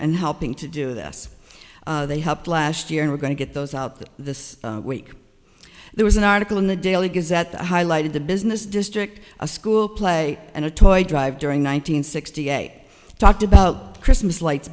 and helping to do this they helped last year and we're going to get those out this week there was an article in the daily gives that highlighted the business district a school play and a toy drive during one thousand nine hundred sixty eight talked about christmas lights